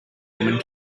woman